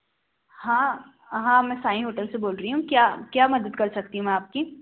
हाँ हाँ मैं साँई होटल से बोल रही हूँ क्या क्या मदद कर सकती हूँ मैं आपकी